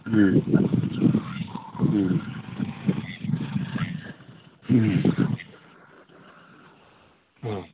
ꯎꯝ ꯎꯝ ꯎꯝ ꯑ